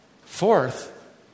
Fourth